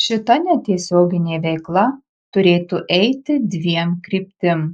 šita netiesioginė veikla turėtų eiti dviem kryptim